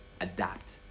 adapt